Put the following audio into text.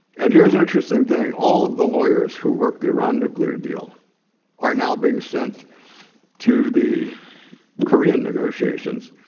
and here's an interesting thing. all of the lawyers who worked the iran nuclear deal are now being sent to the korean negotiations,